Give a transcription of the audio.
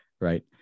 right